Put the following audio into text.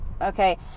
okay